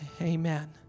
Amen